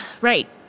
Right